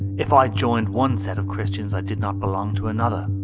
if i joined one set of christians, i did not belong to another.